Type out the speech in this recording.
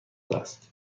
است